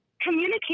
communicate